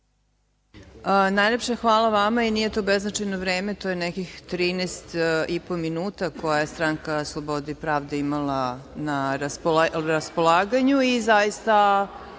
Najlepše hvala vama. Nije to beznačajno vreme, to je nekih 13,5 minuta koje je Stranka slobode i pravde imala na raspolaganju. Zaista